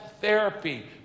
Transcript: therapy